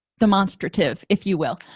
demonstrative if you will